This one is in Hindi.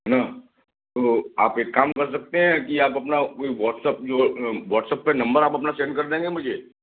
है ना तो आप एक काम कर सकते हैं कि आप अपना कोई वॉट्सअप जो वॉट्सअप पर नंबर आप अपना सेंड कर देंगे मुझे